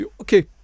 Okay